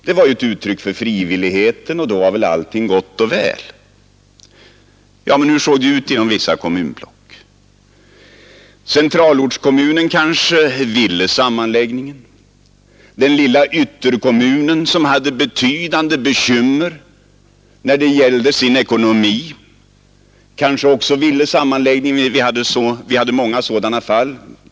Det är ju ett uttryck för frivilligheten; då är väl allting gott och väl? Hur såg det då ut inom vissa kommunblock? Jo, centralortskommunen ville kanske ha en sammanläggning, och den lilla ytterkommunen med betydande ekonomiska bekymmer ville kanske också det. Det fanns många sådana fall.